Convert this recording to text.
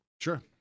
Sure